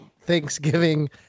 thanksgiving